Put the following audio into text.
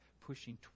pushing